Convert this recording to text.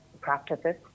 practices